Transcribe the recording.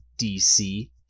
DC